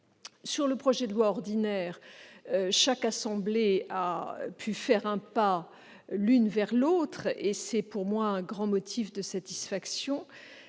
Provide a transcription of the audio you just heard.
le projet de loi ordinaire, chaque assemblée a pu faire un pas l'une vers l'autre, ce qui est pour moi un grand motif de satisfaction.